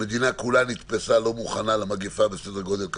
המדינה כולה נתפסה לא מוכנה למגפה בסדר גודל כזה.